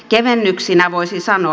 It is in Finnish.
kevennyksinä voisi sanoa